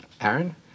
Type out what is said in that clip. Aaron